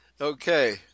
Okay